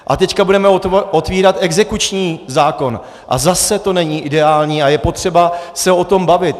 A teď budeme otevírat exekuční zákon a zase to není ideální a je potřeba se o tom bavit.